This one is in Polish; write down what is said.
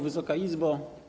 Wysoka Izbo!